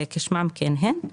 כשמן כן הן,